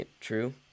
true